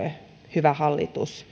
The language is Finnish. hyvä hallitus